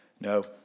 No